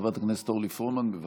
חברת הכנסת אורלי פרומן, בבקשה.